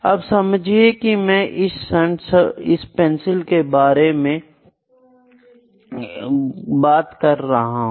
अब समझिए कि मैं इस क्षण इस पेंसिल के बारे में बात कर रहा हूं